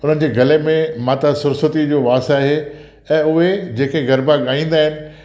उन्हनि जे गले में माता सरस्वती जो वास आहे ऐं उहे जेके गरबा ॻाईंदा आहिनि